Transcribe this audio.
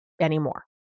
anymore